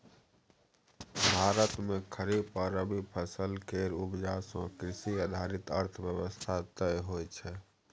भारत मे खरीफ आ रबी फसल केर उपजा सँ कृषि आधारित अर्थव्यवस्था तय होइ छै